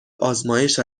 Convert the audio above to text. آزمایش